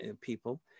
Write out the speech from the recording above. people